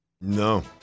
No